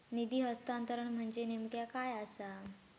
निधी हस्तांतरण म्हणजे नेमक्या काय आसा?